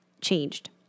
changed